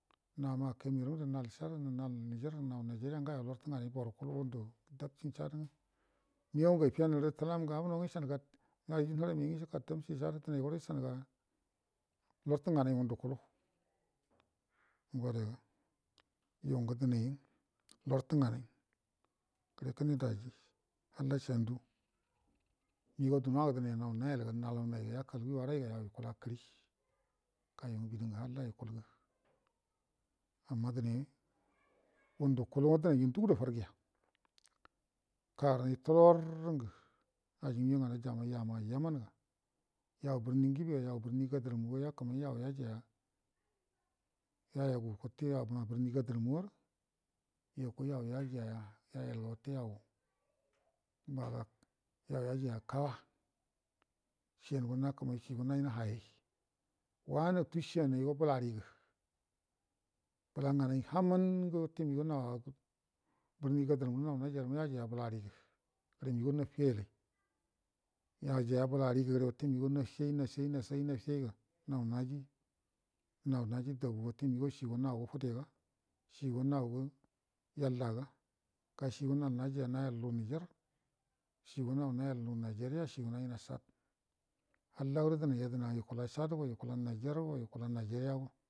Nama'a camerron ga nal chad ga nal niger ga nal nigeria ngayo larə tənganai borə kulumu tabkin chad ina megau ngə ifenərə tə laki ngə abunoyinga iska tabkin chad dənai gwara ishaunga lantə nganai ngundə kulu ngo ada ga yungə dine lartə nganai re kəne daji kne shandu nigau dunuwa gə dənai yau yalaunai ga yaka gərənai kəri yoyu ngə bidi ngə halla yukulgə amma dənayi ngundu kuluwa dənaiyu ndugudo fargəya kagəranai tubrrungu ajingə migau nganai jammai yama'a yamanga yau buni nguniya ga yau burni gadiram ga ya kəmai yau yayogu wute yaubu rui gadiram marə yakoi yau ya'ajaiya yoyu ga wute yau ubaga yau yajaiya ka'a shiyango nakənai shigo najina hayeyi waannə tashenaigo həlarigə bəla nganai hamanu ngə wute migau nawa birni ga dərango hawna jayalma yajaiya bəlarigə gəre nigau nakai yalai yajaiya bəlarigə re wute wigau nafiyi nafeyi nafiyiga nau naji nau naji dabuga wute migan shigo naugə fudega shigə naugə yallaga ga shigo nal najai nayel inu niger shigo nau nayel inu nigeria shigo najina chad halldo dənai yadəha'a yukuloa chad go yukulaa niger yukul nigeria go.